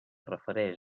refereix